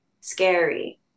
scary